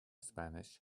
spanish